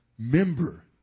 Member